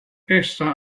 essa